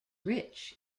rich